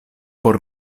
por